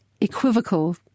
equivocal